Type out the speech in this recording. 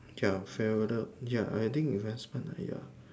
ya see whether ya I think events quite nice ya